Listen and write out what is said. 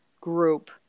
group